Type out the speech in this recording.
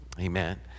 Amen